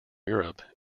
europe